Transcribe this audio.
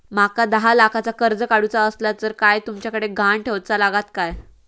माका दहा लाखाचा कर्ज काढूचा असला तर काय तुमच्याकडे ग्हाण ठेवूचा लागात काय?